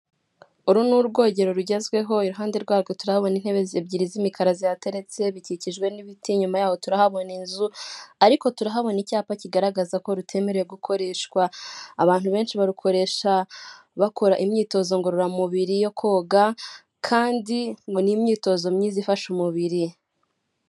Uru ni urwogero rugezweho, iruhande rwarwo turahabona intebe ebyiri z'imikara zihateretse bikikijwe n'ibiti, inyuma yaho turahabona inzu ariko turahabona icyapa kigaragaza ko rutemerewe gukoreshwa, abantu benshi barukoresha bakora imyitozo ngororamubiri yo koga kandi ngo ni imyitozo myiza ifasha umubiri.